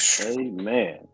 Amen